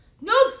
no